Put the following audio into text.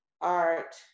art